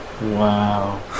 wow